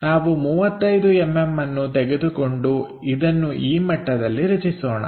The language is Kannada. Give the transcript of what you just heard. ನಾವು 35mm ಅನ್ನು ತೆಗೆದುಕೊಂಡು ಇದನ್ನು ಈ ಮಟ್ಟದಲ್ಲಿ ರಚಿಸೋಣ